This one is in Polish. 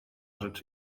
rzecz